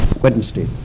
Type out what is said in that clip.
Wednesday